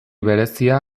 berezia